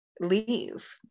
leave